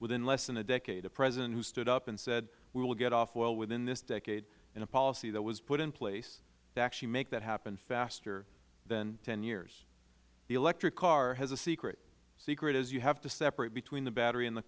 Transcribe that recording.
within less than a decade a president who stood up and said we will get off oil within this decade and a policy that was put in place to actually make that happen faster than ten years the electric car has a secret the secret is you have to separate between the battery and the